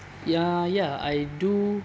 ya ya I do